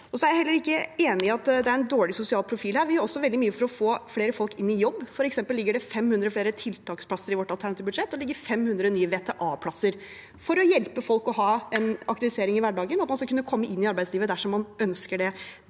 Jeg er heller ikke enig i at det er en dårlig sosial profil. Vi gjør også veldig mye for å få flere folk i jobb. For eksempel ligger det 500 flere tiltaksplasser i vårt alternative budsjett og 500 nye VTA-plasser, for å hjelpe folk til aktivisering i hverdagen og til å kunne komme inn i arbeidslivet dersom man ønsker det.